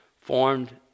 formed